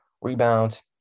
rebounds